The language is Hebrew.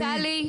טלי,